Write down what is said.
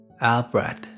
out-breath